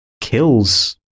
kills